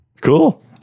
Cool